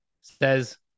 says